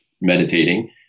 meditating